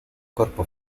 corpo